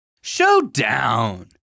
Showdown